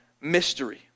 mystery